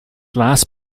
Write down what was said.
last